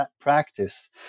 practice